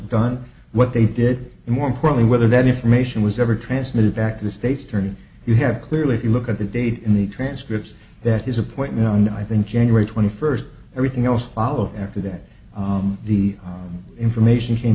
done what they did and more importantly whether that information was ever transmitted back to the state's attorney you have clearly if you look at the date in the transcripts that his appointment on i think january twenty first everything else follows after that the information came